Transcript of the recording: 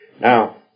Now